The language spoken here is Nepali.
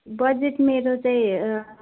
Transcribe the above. बजेट मेरो चाहिँ